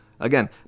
Again